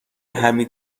حمید